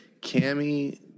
Cammy